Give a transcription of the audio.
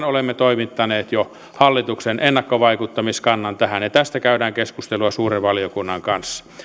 olemme toimittaneet jo hallituksen ennakkovaikuttamiskannan ja tästä käydään keskustelua suuren valiokunnan kanssa